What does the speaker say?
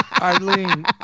Eileen